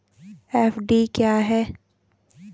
FD क्या है?